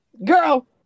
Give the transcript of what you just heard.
Girl